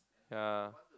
ya